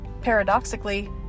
Paradoxically